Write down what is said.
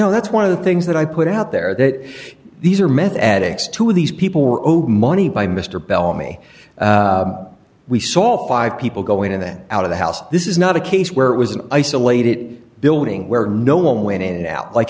know that's one of the things that i put out there that these are meth addicts two of these people were money by mr bellamy we saw five people go in and then out of the house this is not a case where it was an isolated building where no one went in and out like